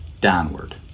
downward